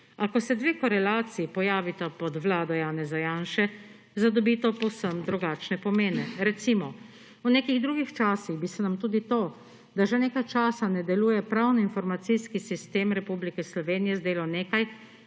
A ko se dvig korelacij pojavita pod Vlado Janeza Janše, zdaj dobi to povsem drugačne pomene. Recimo v nekih drugih časih bi se nam tudi to, da že nekaj časa ne deluje pravni informacijski sistem Republike Slovenije zdelo nekaj,